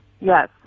yes